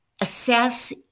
assess